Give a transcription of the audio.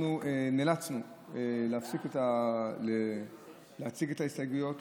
אנחנו נאלצנו להפסיק להציג את ההסתייגויות,